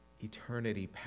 eternity